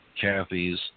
Kathy's